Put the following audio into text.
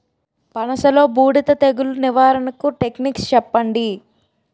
పనస లో బూడిద తెగులు నివారణకు టెక్నిక్స్ చెప్పండి?